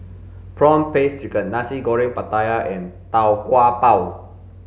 prawn paste chicken nasi goreng pattaya and tau kwa pau